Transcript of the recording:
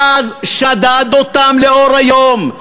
ואז שדד אותם לאור היום.